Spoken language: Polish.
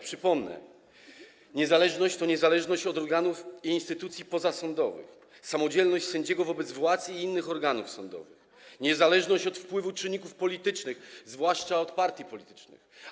Przypomnę, że niezależność to niezależność od organów i instytucji pozasądowych, samodzielność sędziego wobec władz i innych organów sądowych, niezależność od wpływu czynników politycznych, zwłaszcza od partii politycznych.